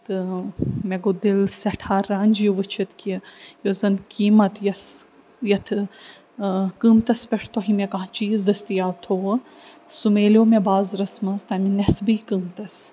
تہٕ مےٚ گوٚو دل سٮ۪ٹھاہ رنٛج یہِ وٕچھِتھ کہِ یۄس زن قیٖمت یَس یَتھ قۭمتَس پٮ۪ٹھ تۄہہِ مےٚ کانٛہہ چیٖز دستِیاب تھوٚوٕ سُہ مِلیو مےٚ بازرس منٛز تَمہِ نٮ۪صبی قۭمتس